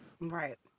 Right